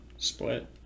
Split